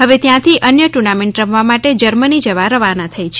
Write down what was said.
હવે ત્યાંથી અન્ય ટુર્નામેન્ટ રમવા માટે જર્મની રવાના થઇ છે